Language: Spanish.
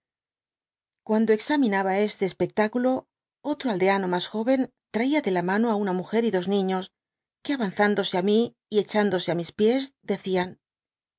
guando examinaba este espectáculo otro aldeano mas joven traía de la mano una muger y dos niños que avanzándose á mi y hechandose ániis pies decian